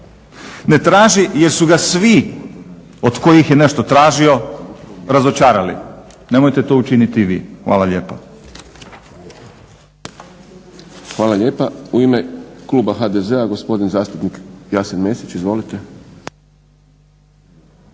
ne traži jer su ga svi od kojih je nešto tražio, razočarali, nemojte to učiniti i vi. Hvala lijepa. **Šprem, Boris (SDP)** Hvala lijepa. U ime kluba HDZ-a gospodin zastupnik Jasen Mesić. Izvolite.